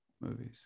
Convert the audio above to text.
Movies